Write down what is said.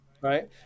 Right